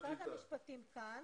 לא, משרד המשפטים כאן,